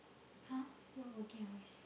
!huh! what working hours